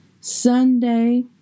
Sunday